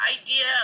idea